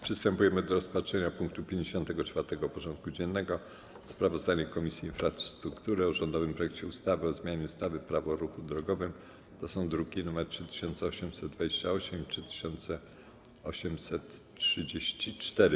Przystępujemy do rozpatrzenia punktu 54. porządku dziennego: Sprawozdanie Komisji Infrastruktury o rządowym projekcie ustawy o zmianie ustawy Prawo o ruchu drogowym (druki nr 3828 i 3834)